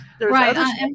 Right